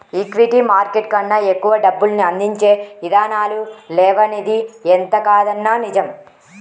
equity market కన్నా ఎక్కువ డబ్బుల్ని అందించే ఇదానాలు లేవనిది ఎంతకాదన్నా నిజం